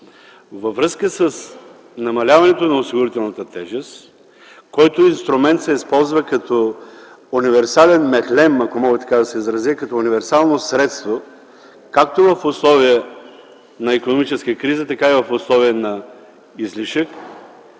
Във връзка с намаляването на осигурителната тежест, който инструмент се използва като универсален мехлем, ако мога така да се изразя, като универсално средство както в условия на икономическа криза, така и в условия на излишък,